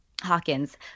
Hawkins